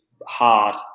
hard